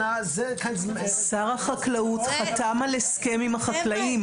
שר החקלאות חתם על הסכם עם החקלאים.